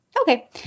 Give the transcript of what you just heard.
Okay